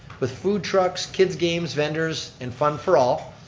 with food trucks, kid's games, vendors, and fun for all.